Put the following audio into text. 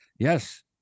Yes